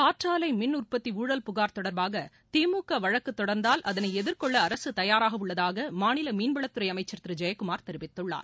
காற்றாலை மின் உற்பத்தி ஊழல் புகார் தொடர்பாக திமுக வழக்கு தொடர்ந்தால் அதனை எதிர்கொள்ள அரசு தயாராக உள்ளதாக மாநில மீன்வளத்துறை அமைச்சர் திரு ஜெயக்குமார் தெரிவித்துள்ளார்